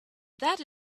that